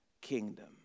kingdom